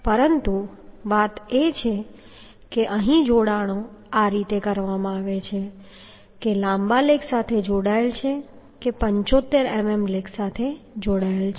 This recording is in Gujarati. પરંતુ વાત એ છે કે અહીં જોડાણો આ રીતે કરવામાં આવે છે કે લાંબા લેગ જોડાયેલ છે કે 75 મીમી લેગ સાથે જોડાયેલ છે